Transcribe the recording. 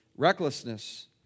Recklessness